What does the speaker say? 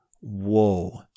Whoa